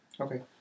Okay